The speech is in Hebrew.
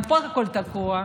גם פה הכול תקוע.